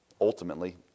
ultimately